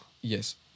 Yes